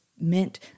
meant